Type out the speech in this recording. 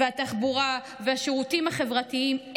התחבורה והשירותים החברתיים.